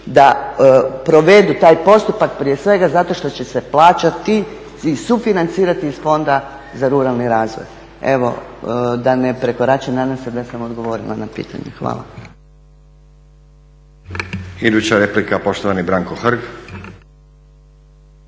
da provedu taj postupak, prije svega zato što će se plaćati i sufinancirati iz fonda za ruralni razvoj. Evo, da ne prekoračim, nadam se da sam odgovorila na pitanje. Hvala.